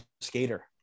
skater